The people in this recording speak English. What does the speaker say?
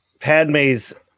Padme's